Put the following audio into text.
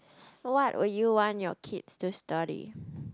what will you want your kids to study